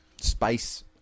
Space